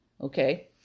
Okay